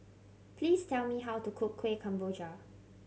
please tell me how to cook Kuih Kemboja